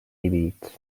dividits